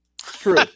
True